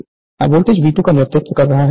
voltage I2 voltage V2 का नेतृत्व कर रहा है